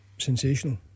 Sensational